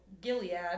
Gilead